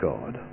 God